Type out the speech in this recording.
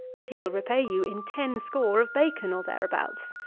and he will repay you in ten score of bacon or thereabouts.